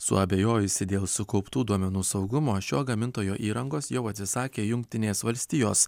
suabejojusi dėl sukauptų duomenų saugumo šio gamintojo įrangos jau atsisakė jungtinės valstijos